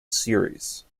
series